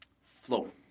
flow